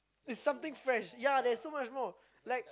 it's something fresh ya there's so much more